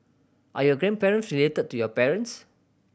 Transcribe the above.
are your grandparents related to your parents